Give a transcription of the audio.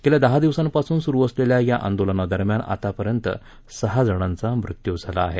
गेल्या दहा दिवसांपासून सुरू असलेल्या या आंदोलनादरम्यान आतापर्यंत सहा जणांचा मृत्यू झाला आहे